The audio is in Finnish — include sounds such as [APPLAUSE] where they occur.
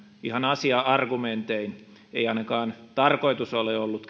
ihan asia argumentein ei ainakaan tarkoitus ole ollut [UNINTELLIGIBLE]